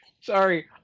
Sorry